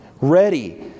ready